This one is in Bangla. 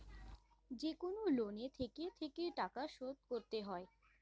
যেকনো লোনে থেকে থেকে টাকা শোধ করতে হয়